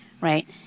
right